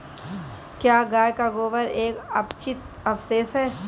क्या गाय का गोबर एक अपचित अवशेष है?